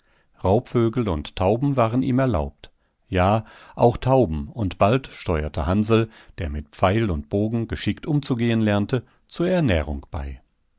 raubvögel und tauben waren ihm erlaubt ja auch tauben und bald steuerte hansl der mit pfeil und bogen geschickt umzugehen lernte zur ernährung bei